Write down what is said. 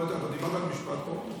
אתה דיברת על משפט פה.